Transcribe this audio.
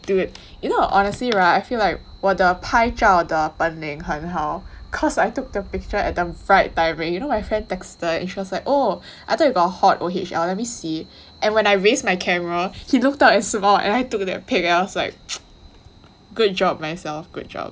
dude you know honestly [right] I feel like 我的拍照的本领很好 cause I took the picture at the right timing then friend texted oh I thought you got hot O_H_L let me see and when I raised my camera he looked up and smile and I took the pic and I was like good job myself good job